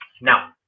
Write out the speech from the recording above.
Now